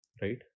Right